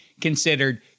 considered